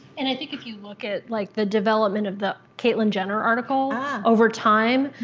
and i think if you look at like the development of the caitlyn jenner articles over time,